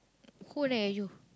who nag at you